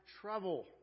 trouble